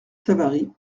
savary